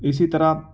اسی طرح